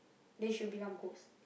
then she will become ghost